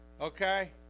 Okay